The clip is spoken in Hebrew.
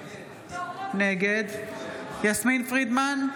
נגד יסמין פרידמן,